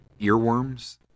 earworms